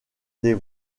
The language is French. des